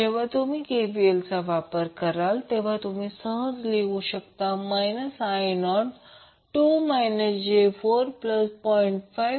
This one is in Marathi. जेव्हा तुम्ही KVL चा वापर केला तुम्ही सहज लिहू शकता I02 j40